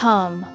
Come